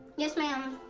yes, ma'am.